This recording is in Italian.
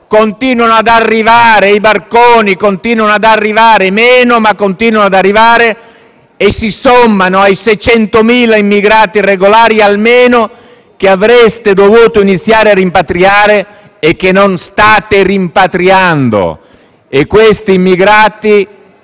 continuano ad arrivare i barconi, sono di meno ma continuano ad arrivare, e si sommano agli almeno 600.000 immigrati irregolari che avreste dovuto iniziare a rimpatriare e che non state rimpatriando. Questi immigrati